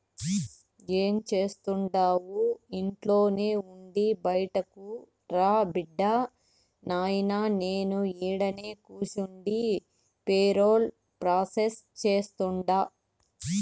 ఏం జేస్తండావు ఇంట్లోనే ఉండి బైటకురా బిడ్డా, నాయినా నేను ఈడనే కూసుండి పేరోల్ ప్రాసెస్ సేస్తుండా